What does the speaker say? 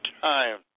time